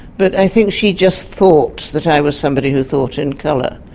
but i think she just thought that i was somebody who thought in colour.